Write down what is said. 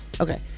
Okay